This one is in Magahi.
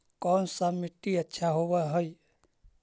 कोन सा मिट्टी अच्छा होबहय?